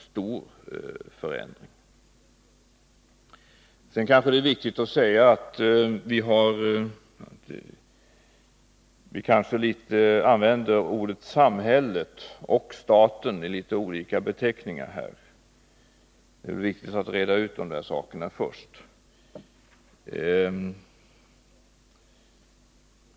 Sedan är det kanske viktigt att säga att vi använder orden ”samhället” och ”staten” med litet olika betydelse, och det är bäst att reda ut det först.